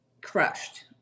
crushed